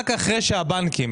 רק אחרי שהבנקים